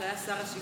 שהיה שר השיכון,